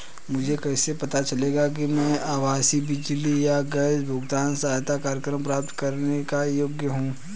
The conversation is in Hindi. मुझे कैसे पता चलेगा कि मैं आवासीय बिजली या गैस भुगतान सहायता कार्यक्रम प्राप्त करने के योग्य हूँ?